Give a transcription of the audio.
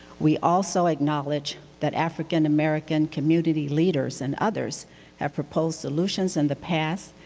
we also acknowledge that african-american community leaders and others have proposed solutions in the past,